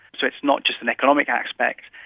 so it's not just an economic aspect.